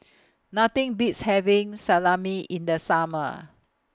Nothing Beats having Salami in The Summer